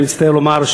אני מצטער לומר,